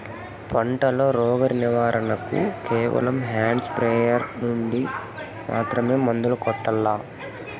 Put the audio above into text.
పంట లో, రోగం నివారణ కు కేవలం హ్యాండ్ స్ప్రేయార్ యార్ నుండి మాత్రమే మందులు కొట్టల్లా?